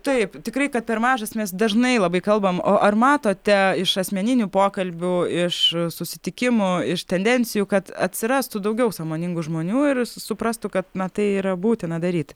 taip tikrai kad per mažas mes dažnai labai kalbam o ar matote iš asmeninių pokalbių iš susitikimų iš tendencijų kad atsirastų daugiau sąmoningų žmonių ir suprastų kad na tai yra būtina daryti